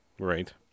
Right